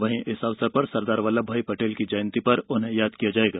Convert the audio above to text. वहीं इस अवसर पर सरदार वल्लभ भाई पटेल की जयंती पर उन्हें याद किया जाएगा